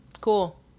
Cool